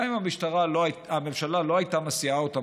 גם אם הממשלה לא הייתה מסיעה אותם